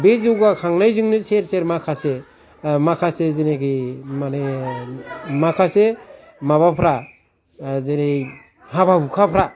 बे जौगाखांनायजोंनो सेर सेर माखासे माखासे जेनेखि माने माखासे माबाफ्रा जेरै हाबा हुखाफ्रा